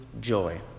joy